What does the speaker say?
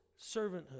servanthood